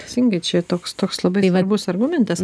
teisingai čia toks toks labai svarbus argumentas